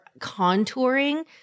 contouring